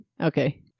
okay